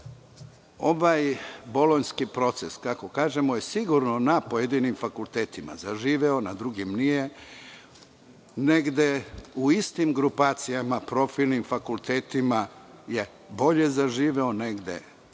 ovaj bolonjski proces, kako kažemo, je sigurno na pojedinim fakultetima zaživeo, na drugim nije. Negde u istim grupacijama, profilnim fakultetima je bolje zaživeo, negde